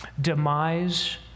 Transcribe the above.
demise